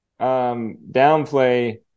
downplay